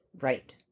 Right